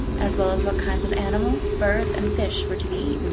as well as what kinds of animals, birds, and fish were to be eaten.